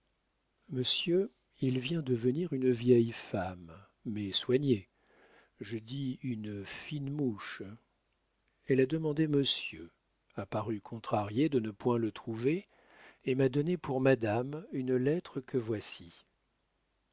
monsieur il vient de venir une vieille femme mais soignée je dis une fine mouche elle a demandé monsieur a paru contrariée de ne point le trouver et m'a donné pour madame une lettre que voici